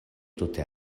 tute